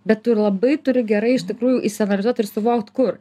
bet tu ir labai turi gerai iš tikrųjų išsianalizuot ir suvokt kur